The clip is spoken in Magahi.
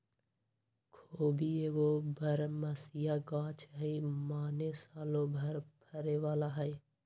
खोबि एगो बरमसिया ग़ाछ हइ माने सालो भर फरे बला हइ